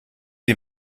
die